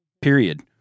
period